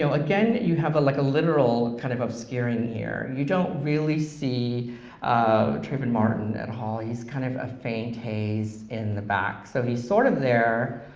so again, you have a like literal kind of obscuring here. you don't really see trayvon martin at all. he's kind of a faint haze in the back. so he's sort of there,